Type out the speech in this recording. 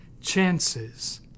chances